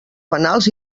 penals